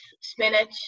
spinach